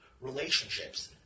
Relationships